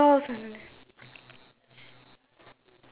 mine is only the blue one that's not covered then after that